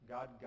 God